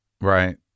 right